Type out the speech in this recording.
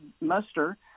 muster